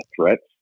threats